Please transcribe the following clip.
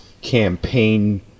campaign